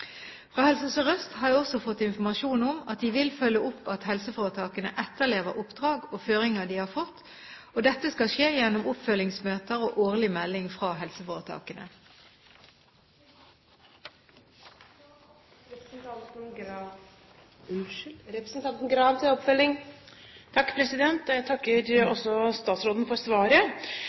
Fra Helse Sør-Øst har jeg også fått informasjon om at de vil følge opp at helseforetakene etterlever oppdrag og føringer de har fått. Dette skal skje gjennom oppfølgingsmøter og årlig melding fra